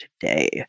today